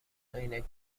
عینک